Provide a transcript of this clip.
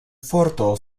forto